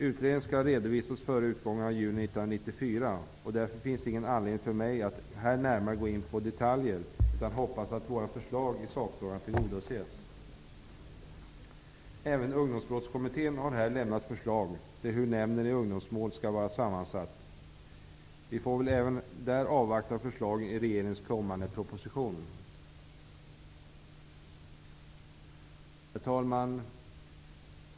Utredningen skall redovisas före utgången av juni 1994, och därför finns ingen anledning för mig att här närmare gå in på detaljer, utan jag hoppas att våra förslag i sakfrågan tillgodoses. Även Ungdomsbrottskommittén har lämnat förslag till hur nämnden i ungdomsmål skall vara sammansatt. Vi får väl även i det fallet avvakta förslag i regeringens kommande proposition. Herr talman!